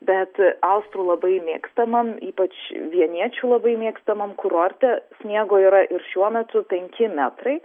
bet austrų labai mėgstamam ypač vieniečių labai mėgstamam kurorte sniego yra ir šiuo metu penki metrai